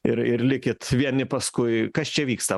ir ir likit vieni paskui kas čia vyksta